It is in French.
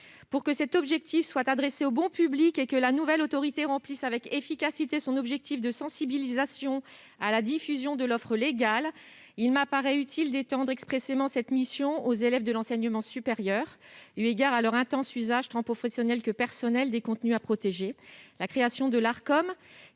Pour que cet objectif soit adressé au bon public et que la nouvelle autorité remplisse avec efficacité son objectif de sensibilisation à la diffusion de l'offre légale, il apparaît utile d'étendre expressément cette mission aux élèves de l'enseignement supérieur, eu égard à leur intense usage tant professionnel que personnel des contenus à protéger. La création de l'Arcom,